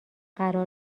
قرار